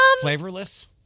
flavorless